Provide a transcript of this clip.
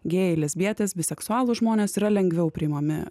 gėjai lesbietės biseksualūs žmonės yra lengviau priimami